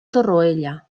torroella